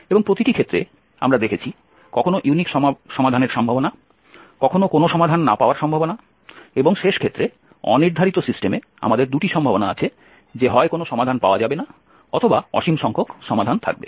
এবং প্রতিটি ক্ষেত্রে আমরা দেখেছি কখনও ইউনিক সমাধানের সম্ভাবনা কখনও কোনও সমাধান না পাওয়ার সম্ভাবনা এবং শেষ ক্ষেত্রে অনির্ধারিত সিস্টেমে আমাদের দুটি সম্ভাবনা আছে যে হয় কোনও সমাধান পাওয়া যাবে না অথবা অসীম সংখ্যক সমাধান থাকবে